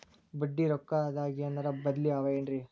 ಬಡ್ಡಿ ರೊಕ್ಕದಾಗೇನರ ಬದ್ಲೀ ಅವೇನ್ರಿ?